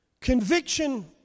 Conviction